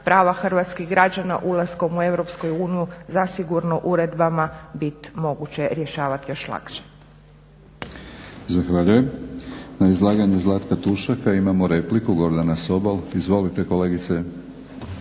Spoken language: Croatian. prava hrvatskih građana ulaskom u EU zasigurno uredbama bit moguće rješavati još lakše.